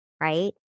Right